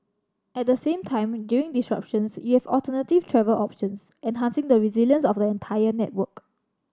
at the same time during disruptions you have alternative travel options enhancing the resilience of the entire network